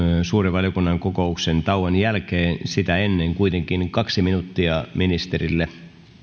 suuren valiokunnan kokouksen tauon jälkeen sitä ennen kuitenkin kaksi minuuttia ministerille